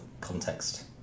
context